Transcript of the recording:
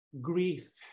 Grief